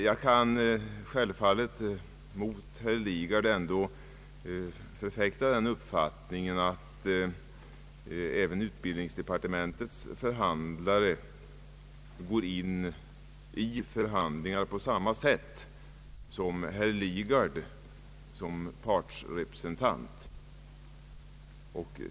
Jag kan självfallet mot herr Lidgard ändå förfäkta den uppfattningen att utbildningsdepartementets förhandlare går in i förhandlingar på samma förutsättningar som herr Lidgard gör i egenskap av partsrepresentant.